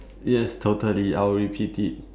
yes totally I will repeat it